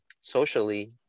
socially